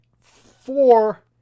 four